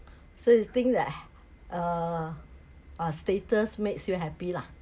so you think that err our status makes you happy lah